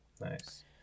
nice